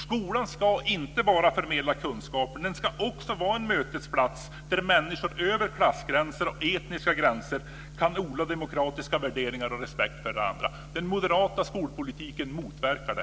Skolan ska inte bara förmedla kunskaper. Den ska också vara en mötesplats där människor över klassgränser och etniska gränser kan odla demokratiska värderingar och respekt för varandra. Den moderata skolpolitiken motverkar det.